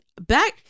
Back